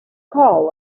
call